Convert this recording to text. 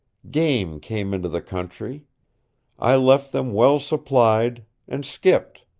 game came into the country i left them well supplied and skipped.